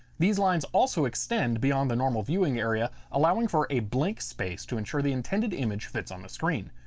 these lines also extend beyond the normal viewing area allowing for a blank space to ensure the intended image fits on the screen.